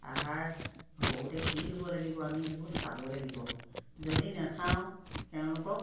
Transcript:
আহাৰ সৰুতে কি দিব লাগিব আমি সেইবোৰ চাব লাগিব যদি নেচাওঁ তেওঁলোকক